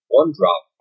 one-drop